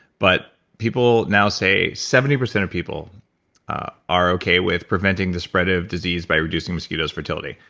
but people now say. seventy percent of people are okay with preventing the spread of disease by reducing mosquito's fertility.